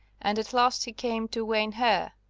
and at last he came to wayn her,